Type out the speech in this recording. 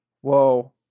Whoa